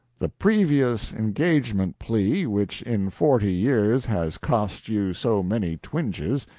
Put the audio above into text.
the previous-engagement plea, which in forty years has cost you so many twinges,